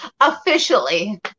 Officially